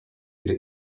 could